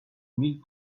mille